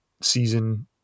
season